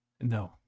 No